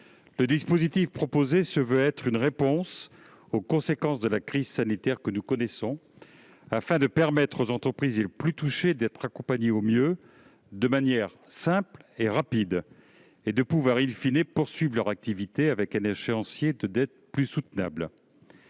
Le dispositif proposé se veut une réponse aux conséquences de la crise sanitaire que nous connaissons, afin de permettre aux entreprises les plus touchées d'être accompagnées au mieux, de manière simple et rapide, et de pouvoir poursuivre leur activité avec un échéancier de dette plus soutenable.